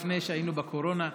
לפני שהיינו בקורונה,